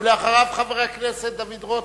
אחריו, חבר הכנסת דוד רותם.